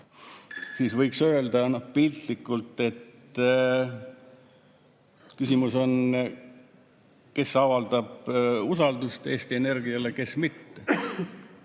siis võiks öelda, piltlikult, et küsimus on selles, kes avaldab usaldust Eesti Energiale ja kes mitte.